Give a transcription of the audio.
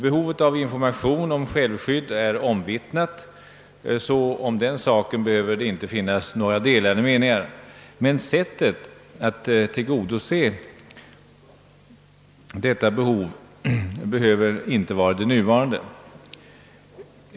Behovet av information om självskydd är omvittnat, så om den saken behöver det inte finnas några delade meningar, men sättet att tillgodose detta behov behöver inte vara det nuvarande.